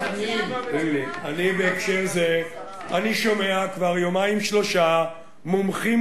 בהקשר זה אני שומע כבר יומיים-שלושה מומחים